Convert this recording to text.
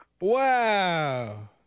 Wow